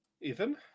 Ethan